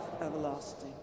everlasting